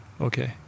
Okay